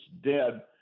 dead